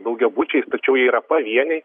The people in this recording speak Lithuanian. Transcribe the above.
daugiabučiais tačiau jie yra pavieniai